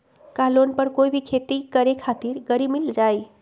का लोन पर कोई भी खेती करें खातिर गरी मिल जाइ?